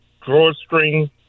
Drawstring